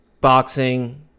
boxing